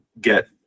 get